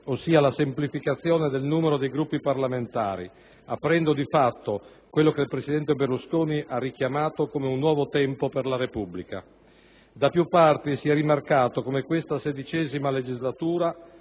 ossia la semplificazione del numero dei Gruppi parlamentari, aprendo di fatto quello che il presidente Berlusconi ha richiamato come un nuovo tempo per la Repubblica. Da più parti si è rimarcato come questa XVI legislatura